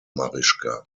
marischka